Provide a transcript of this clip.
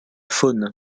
faune